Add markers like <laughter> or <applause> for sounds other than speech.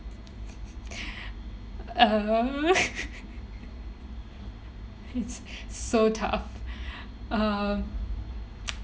<laughs> uh <laughs> it's so tough uh <noise>